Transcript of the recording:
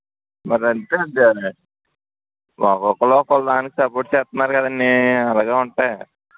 మరి అంతే అండి అవి ఒక్కొక్కరు ఒక్కోదానికి సపోర్ట్ చేస్తున్నారు కదండి అలాగే ఉంటాయి